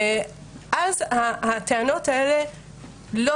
אז הטענות האלה לא